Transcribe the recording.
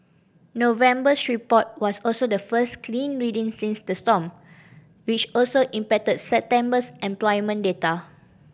November's report was also the first clean reading since the storm which also impacted September's employment data